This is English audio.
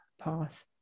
path